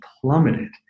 plummeted